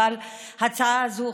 אבל ההצעה הזאת,